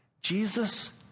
Jesus